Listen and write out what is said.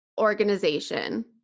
organization